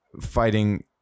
fighting